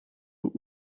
und